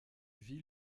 vit